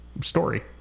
Story